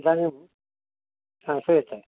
इदानीं हा श्रूयते